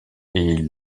est